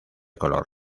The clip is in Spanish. color